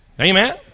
Amen